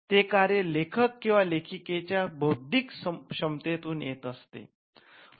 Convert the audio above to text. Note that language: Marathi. ते कार्य लेखक किंवा लेखिकेच्या बौद्धिक क्षमतेतून येत असते